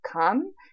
come